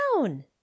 down